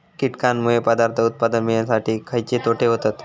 कीटकांनमुळे पदार्थ उत्पादन मिळासाठी खयचे तोटे होतत?